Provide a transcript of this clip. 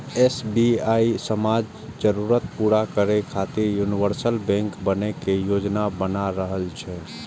SBI समाजक जरूरत पूरा करै खातिर यूनिवर्सल बैंक बनै के योजना बना रहल छै